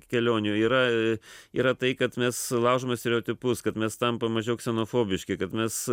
kelionių yra yra tai kad mes laužome stereotipus kad mes tampam mažiau ksenofobiški kad mes